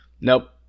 nope